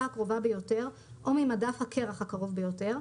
הקרובה ביותר או ממדף הקרח הקרוב ביותר,